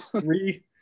Three